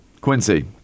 Quincy